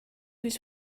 was